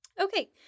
Okay